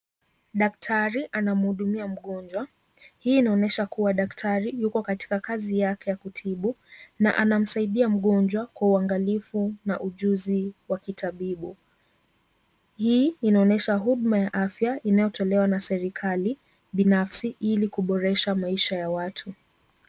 Daktari anamhudumia mgonjwa, hii inaonyesha daktari yuko katika kazi yake ya kutibu na anamsaidia mgonjwa kwa uangalifu na ujuzi wa kitabibu, hii inaonyesha huduma ya afya inayotolewa na serikali binafsi ili kuboresha maisha ya watu.